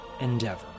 endeavor